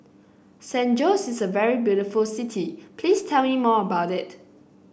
San Jose is a very beautiful city please tell me more about it